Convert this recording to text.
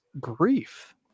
grief